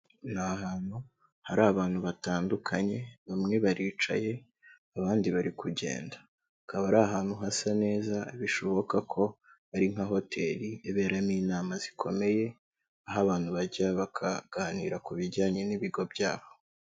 Ni ahantu hari abantu batandukanye, bamwe baricaye abandi bari kugenda, akaba ari ahantu hasa neza bishoboka ko ari nka hoteli iberamo inama zikomeye, aho abantu bajya bakaganira ku bijyanye n'ibigo byabo.